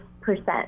percent